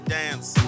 dance